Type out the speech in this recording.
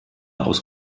aus